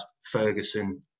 Ferguson